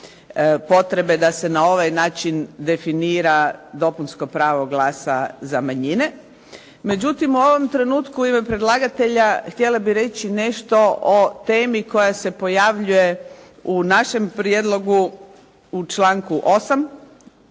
potrebe da se na ovaj način definira dopunsko pravo glasa za manjine. Međutim, u ovom trenutku u ime predlagatelja htjela bih reći nešto o temi koja se pojavljuje u našem prijedlogu u članku 8.